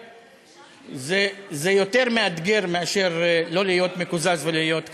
זה יותר מאתגר מאשר לא להיות מקוזז ולהיות כאן.